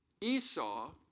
Esau